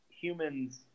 humans